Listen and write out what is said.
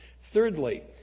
Thirdly